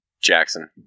Jackson